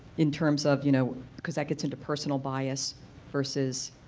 in terms of, you know because that gets into personal bias versus